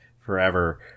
forever